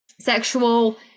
sexual